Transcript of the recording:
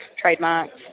trademarks